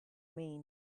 mean